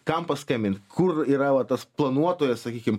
kam paskambint kur yra va tas planuotojas sakykim